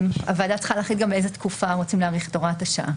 הוועדה צריכה להחליט גם לאיזו תקופה רוצים להאריך את הוראת השעה.